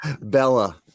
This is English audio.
Bella